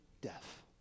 death